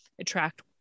attract